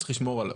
צריך לשמור עליו.